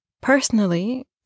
Personally